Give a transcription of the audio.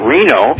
Reno